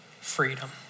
freedom